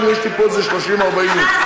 לפחות עכשיו יש לי פה איזה 30 40 איש.